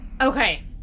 Okay